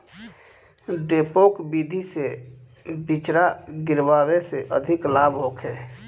डेपोक विधि से बिचरा गिरावे से अधिक लाभ होखे?